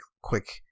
quick